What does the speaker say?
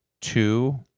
two